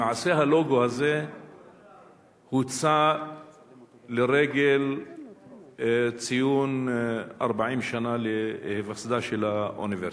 למעשה הלוגו הזה הוצא לרגל ציון 40 שנה להיווסדה של האוניברסיטה.